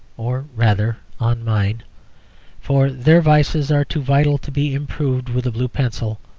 or rather on mine for their vices are too vital to be improved with a blue pencil,